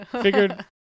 Figured